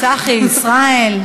צחי, ישראל.